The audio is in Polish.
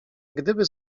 gdyby